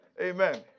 Amen